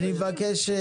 אני מבקש,